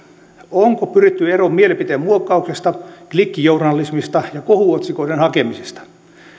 onko pyritty eroon mielipiteen muokkauksesta klikkijournalismista ja kohuotsikoiden hakemisesta